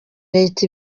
leta